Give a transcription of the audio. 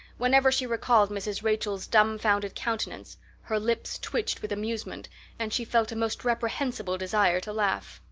whenever she recalled mrs. rachel's dumbfounded countenance her lips twitched with amusement and she felt a most reprehensible desire to laugh.